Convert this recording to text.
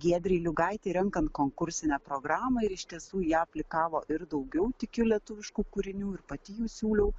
giedrei liugaitei renkant konkursinę programą ir iš tiesų į ją aplikavo ir daugiau tikiu lietuviškų kūrinių ir pati jų siūliau